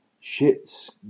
shit's